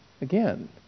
Again